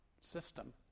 system